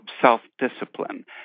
self-discipline